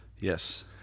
Yes